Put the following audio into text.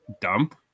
dump